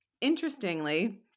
Interestingly